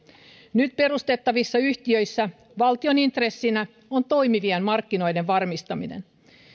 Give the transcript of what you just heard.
nyt perustettavissa yhtiöissä valtion intressinä on toimivien markkinoiden varmistaminen